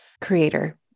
creator